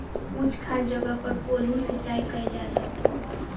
उच्च खाल जगह पर कोल्हू सिचाई कइल जाला